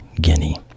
Guinea